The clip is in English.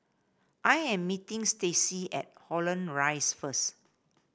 I am meeting Stacie at Holland Rise first